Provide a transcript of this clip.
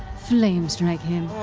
flame strike him.